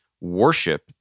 worship